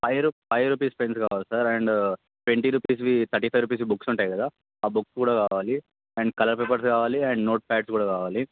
five five rupees pens కావాలి sir and twenty రూపీస్వి thirty five రూపీస్వి బుక్స్ ఉంటాయి కదా ఆ బుక్ కూడా కావాలి అండ్ కలర్ పేపర్స్ కావాలి అండ్ నోట్ప్యాడ్స్ కూడా కావాలి